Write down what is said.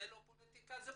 זו פוליטיקה.